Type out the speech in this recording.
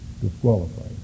Disqualified